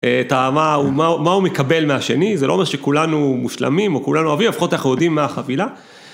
מה הוא מקבל מהשני. זה לא אומר שכולנו מושלמים או כולנו אוהבים, לפחות אנחנו יודעים מה החבילה